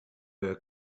her